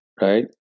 right